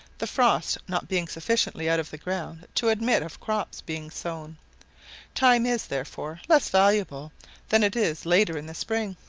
the frost not being sufficiently out of the ground to admit of crops being sown time is, therefore, less valuable than it is later in the spring.